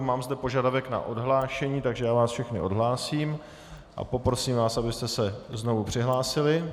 Mám zde požadavek na odhlášení, takže vás všechny odhlásím a poprosím vás, abyste se znovu přihlásili.